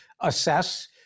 assess